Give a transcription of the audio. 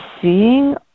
seeing